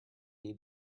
eat